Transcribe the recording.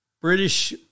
British